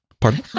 Pardon